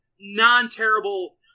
non-terrible